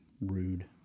rude